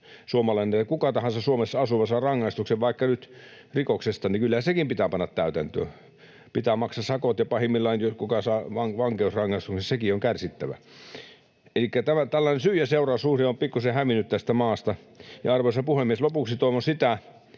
kuten kuka tahansa Suomessa asuva saa rangaistuksen vaikka nyt rikoksesta, niin kyllä sekin pitää panna täytäntöön, pitää maksaa sakot ja pahimmillaan, jos saa vankeusrangaistuksen, sekin on kärsittävä. Elikkä tällainen syy- ja seuraussuhde on pikkusen hävinnyt tästä maasta. Arvoisa puhemies! Lopuksi toivon sitä,